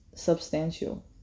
substantial